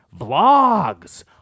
vlogs